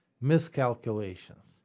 miscalculations